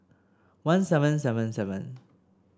one seven seven seven